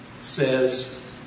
says